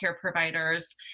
providers